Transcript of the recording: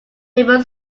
paper